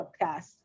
podcast